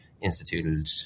instituted